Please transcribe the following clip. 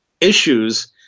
issues